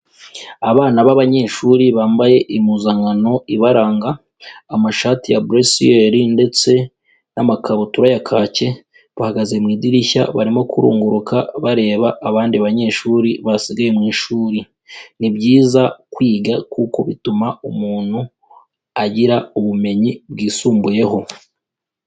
Abana b'abanyeshuri bambaye impuzankano ibaranga amashati ya buresiyeri ndetse n'amakabutura ya kake, bahagaze mu idirishya barimo kurunguruka bareba abandi banyeshuri basigaye mu ishuri. Ni byiza kwiga kuko bituma umuntu agira ubumenyi bwisumbuyeho.